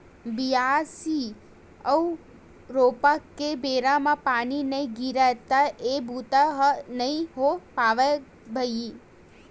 बियासी अउ रोपा के बेरा म पानी नइ गिरय त ए बूता ह नइ हो पावय भइर